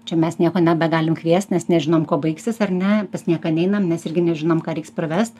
čia mes nieko nebegalim kviest nes nežinom kuo baigsis ar ne pas nieką neinam nes irgi nežinom ką reiks parvest